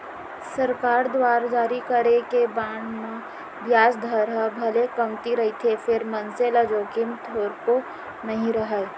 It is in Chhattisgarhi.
सरकार दुवार जारी करे गे बांड म बियाज दर ह भले कमती रहिथे फेर मनसे ल जोखिम थोरको नइ राहय